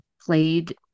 played